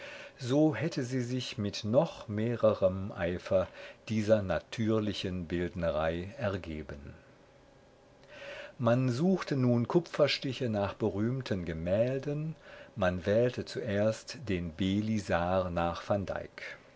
so hätte sie sich mit noch mehrerem eifer dieser natürlichen bildnerei ergeben man suchte nun kupferstiche nach berühmten gemälden man wählte zuerst den belisar nach